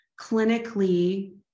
clinically